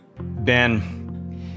Ben